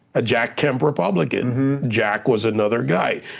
a jack kemp republican. jack was another guy.